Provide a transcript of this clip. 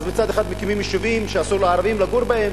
אז מצד אחד מקימים יישובים שאסור לערבים לגור בהם,